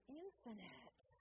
infinite